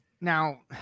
Now